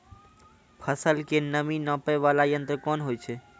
फसल के नमी नापैय वाला यंत्र कोन होय छै